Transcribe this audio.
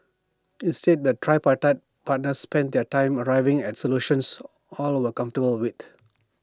instead the tripartite partners spent their time arriving at solutions all were comfortable with